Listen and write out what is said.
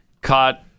caught